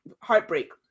heartbreak